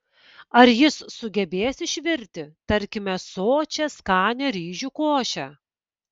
ar jis sugebės išvirti tarkime sočią skanią ryžių košę